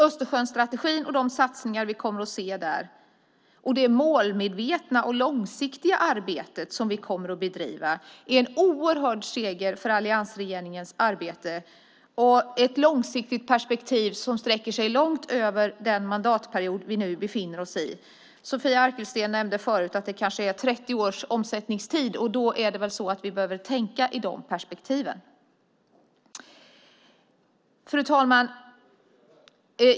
Östersjöstrategin och de satsningar vi kommer att se där, och det målmedvetna och långsiktiga arbete som vi kommer att bedriva, är en oerhörd seger för alliansregeringens arbete och ett långsiktigt perspektiv som sträcker sig långt över den mandatperiod vi nu befinner oss i. Sofia Arkelsten nämnde förut att det kanske är 30 års omsättningstid, och då behöver vi tänka i de perspektiven. Fru ålderspresident!